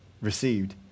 received